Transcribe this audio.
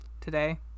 today